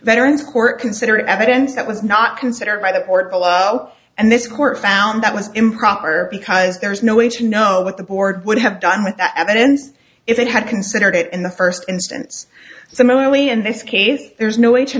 veterans court considered evidence that was not considered by the court below and this court found that was improper because there is no way to know what the board would have done with the evidence if it had considered it in the first instance similarly in this case there's no way to